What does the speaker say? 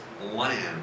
land